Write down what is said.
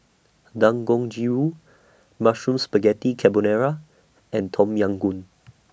Dangojiru Mushroom Spaghetti Carbonara and Tom Yam Goong